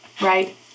right